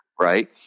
Right